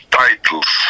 titles